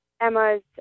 Emma's